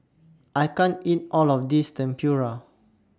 I can't eat All of This Tempura